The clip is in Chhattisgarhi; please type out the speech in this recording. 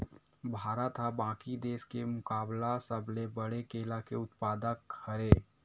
भारत हा बाकि देस के मुकाबला सबले बड़े केला के उत्पादक हरे